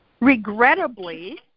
Regrettably